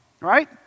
right